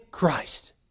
Christ